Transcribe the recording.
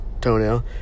toenail